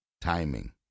Timing